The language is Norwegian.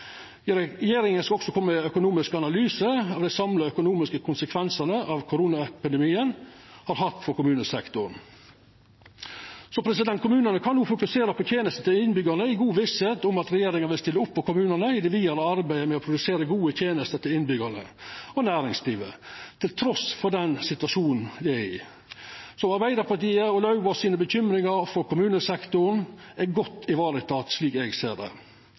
Regjeringa skal også koma med ein økonomisk analyse av dei samla økonomiske konsekvensane koronaepidemien har hatt for kommunesektoren. Kommunane kan no fokusera på tenestene til innbyggjarane i god vissheit om at regjeringa vil stilla opp for kommunane i det vidare arbeidet med å produsera gode tenester til innbyggjarane og næringslivet, trass i den situasjonen me er i. Arbeidarpartiet og Lauvås sine bekymringar for kommunesektoren er godt varetekne, slik eg ser det.